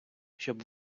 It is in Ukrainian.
щоб